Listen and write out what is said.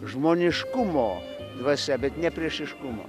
žmoniškumo dvasia bet ne priešiškumo